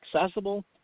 accessible